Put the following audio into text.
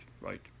Right